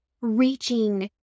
reaching